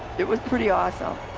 it was pretty awesome.